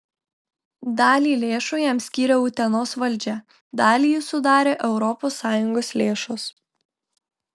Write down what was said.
dalį lėšų jam skyrė utenos valdžia dalį jų sudarė europos sąjungos lėšos